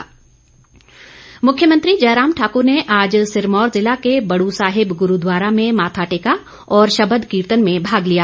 मुख्यमंत्री मुख्यमंत्री जयराम ठाकुर ने आज सिरमौर ज़िला के बड़ साहिब गुरूद्वारा में माथा टेका और शबद कीर्तन में भाग लिया